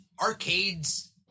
arcades